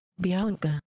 Bianca